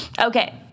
Okay